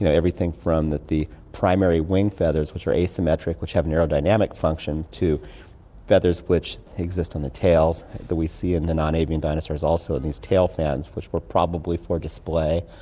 you know everything from the primary wing feathers which are asymmetric, which have neurodynamic function, to feathers which exist on the tails that we see in the non-avian dinosaurs also in these tail fans which were probably for display,